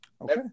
Okay